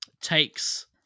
takes